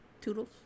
toodles